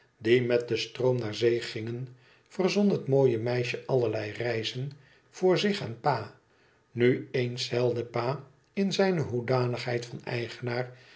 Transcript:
die met den stroom naar zee gingen verzon het mooie meisje allerlei reizen voor zich en pa nu eens zeilde pa in zijne hoedanigheid van eigenaar